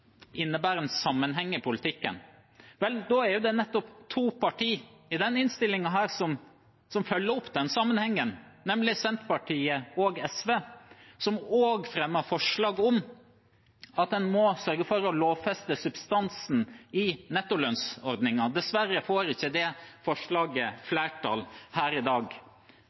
innebærer en sammenheng i politikken. Det er to partier som i denne innstillingen følger opp nettopp den sammenhengen, nemlig Senterpartiet og SV, som også fremmer forslag om at en må sørge for å lovfeste substansen i nettolønnsordningen. Dessverre får ikke det forslaget flertall her i dag.